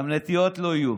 גם נטיעות לא יהיו.